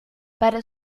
para